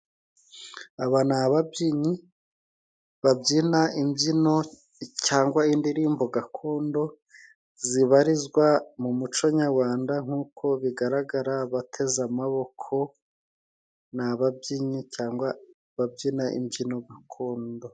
Aba ni ababyinnyi babyina imbyino cyangwa indirimbo gakondo, zibarizwa mu muco nyarwanda. Nkuko bigaragara abateze amaboko, ni ababyinnyi cyangwa ababyina imbyino gakondo.